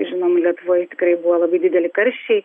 žinom lietuvoj tikrai buvo labai dideli karščiai